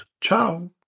ciao